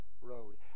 road